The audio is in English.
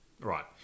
Right